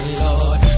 lord